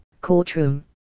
courtroom